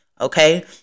Okay